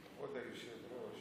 כבוד היושב-ראש,